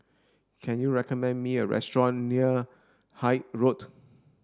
can you recommend me a restaurant near Hythe Road